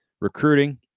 recruiting